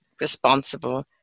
responsible